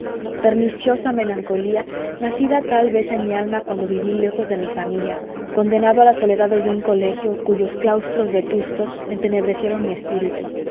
perniciosa melancolía nacida tal vez en mi alma cuando viví lejos de mi familia condenado a las soledades de un colegio cuyos claustros vetustos entenebrecieron mi espíritu